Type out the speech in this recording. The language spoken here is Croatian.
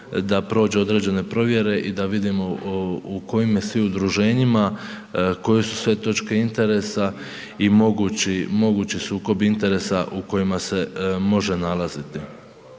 da prođe određene provjere i da vidimo u kojime svi udruženjima, koje su sve točke interesa i mogući, mogući sukob interesa u kojima se može nalaziti.